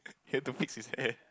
had to fix his hair